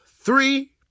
three